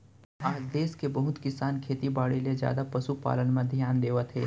आज देस के बहुत किसान खेती बाड़ी ले जादा पसु पालन म धियान देवत हें